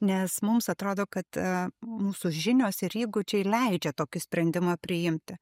nes mums atrodo kad mūsų žinios ir įgūdžiai leidžia tokį sprendimą priimti